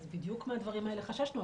בדיוק מהדברים האלה חששנו.